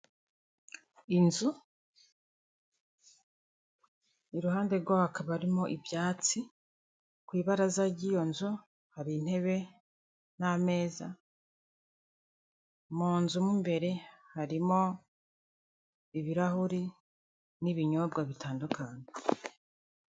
Agapapuro k'ibara ry'umuhondo kandikishijwemo amabara y'umuhondo ndetse n'umukara, kerekana uburyo bwo kwishyura amafaranga uyanyujije kuri Emutiyene mu momopeyi, bifasha umucuruzi cyangwa se umukiriya kugira ngo abashe gukorana ubucuruzi.